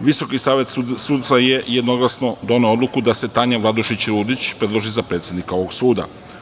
Visoki savet sudstva je jednoglasno doneo odluku da se Tanja Vladušić Rudić predloži za predsednika ovog suda.